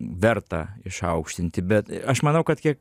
verta išaukštinti bet aš manau kad kiek